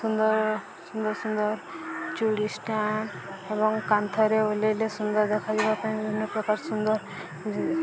ସୁନ୍ଦର ସୁନ୍ଦର ସୁନ୍ଦର ଚୁଡ଼ି ଷ୍ଟାଣ୍ଡ ଏବଂ କାନ୍ଥରେ ଓହ୍ଲେଇଲେ ସୁନ୍ଦର ଦେଖାଯିବା ପାଇଁ ବିଭିନ୍ନ ପ୍ରକାର ସୁନ୍ଦର